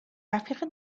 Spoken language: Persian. رفیق